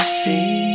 see